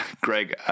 Greg